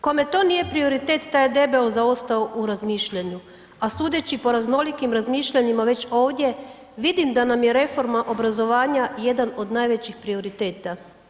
Kome to nije prioritet, taj je debeo zaostao u razmišljanju, a sudeći po raznolikim razmišljanjima već ovdje, vidim da nam je reforma obrazovanja jedan od najvećih prioriteta.